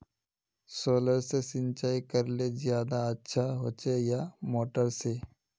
Solar से सिंचाई करले ज्यादा अच्छा होचे या मोटर से?